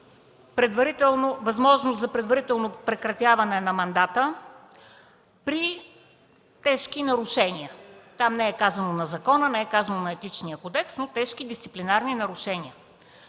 възможност за предварително прекратяване на мандата при тежки нарушения. Там не е казано – „на закона”, „на Етичния кодекс”, но „тежки дисциплинарни нарушения”.